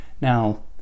Now